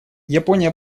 япония